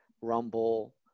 Rumble